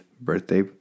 birthday